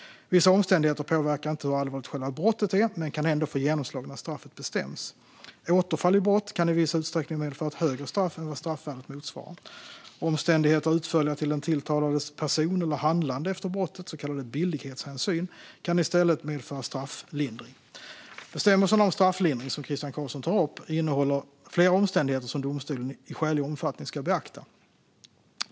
Vissa omständigheter påverkar inte hur allvarligt själva brottet är men kan ändå få genomslag när straffet bestäms. Återfall i brott kan i viss utsträckning medföra ett högre straff än vad straffvärdet motsvarar. Omständigheter hänförliga till den tilltalades person eller handlande efter brottet, så kallade billighetshänsyn, kan i stället medföra strafflindring. Bestämmelsen om strafflindring, som Christian Carlsson tar upp, innehåller flera omständigheter som domstolen i skälig omfattning ska beakta.